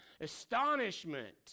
Astonishment